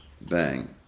bang